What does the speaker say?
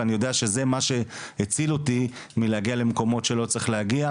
ואני יודע שזה מה שהציל אותי מלהגיע למקומות שלא צריך להגיע,